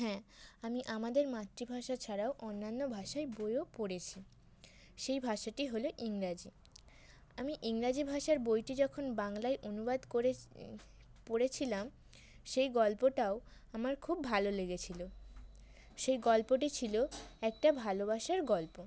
হ্যাঁ আমি আমাদের মাতৃভাষা ছাড়াও অন্যান্য ভাষায় বইও পড়েছি সেই ভাষাটি হল ইংরাজি আমি ইংরাজি ভাষার বইটি যখন বাংলায় অনুবাদ করে পড়েছিলাম সেই গল্পটাও আমার খুব ভালো লেগেছিল সেই গল্পটি ছিল একটা ভালোবাসার গল্প